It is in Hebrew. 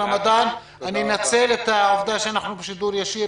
ואני מנצל את העובדה שאנחנו בשידור ישיר